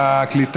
ההצעה